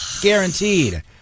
Guaranteed